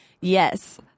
Yes